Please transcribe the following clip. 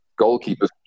goalkeepers